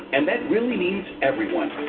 and that really means everyone.